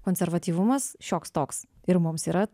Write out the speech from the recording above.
konservatyvumas šioks toks ir mums yra